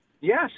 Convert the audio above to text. Yes